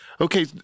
Okay